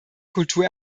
kultur